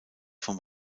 vom